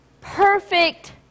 Perfect